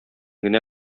генә